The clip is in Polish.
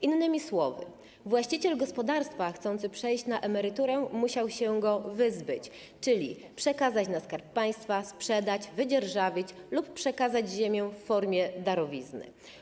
Innymi słowy, właściciel gospodarstwa chcący przejść na emeryturę musiał się go wyzbyć, czyli przekazać Skarbowi Państwa, sprzedać, wydzierżawić lub przekazać ziemię w formie darowizny.